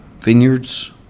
vineyards